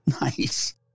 Nice